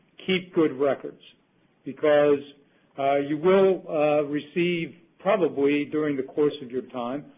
keep good records because you will receive, probably during the course of your time,